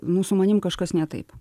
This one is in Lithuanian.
nu su manim kažkas ne taip